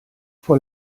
vor